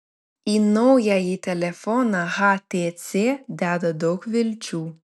į naująjį telefoną htc deda daug vilčių